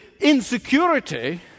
insecurity